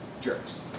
jerks